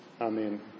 Amen